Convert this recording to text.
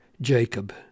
Jacob